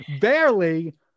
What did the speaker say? Barely